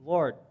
Lord